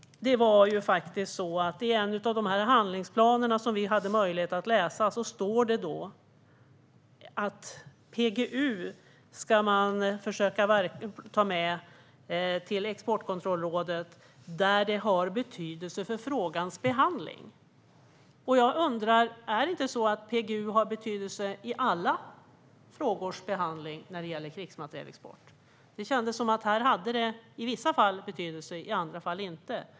I en av de handlingsplaner som vi hade möjlighet att läsa står det att man ska försöka ta med PGU till Exportkontrollrådet - när det har betydelse för frågans behandling. Jag undrar om PGU inte har betydelse i behandlingen av alla frågor som avser krigsmaterielexport. Här låter det som om det har betydelse i vissa fall men inte i andra.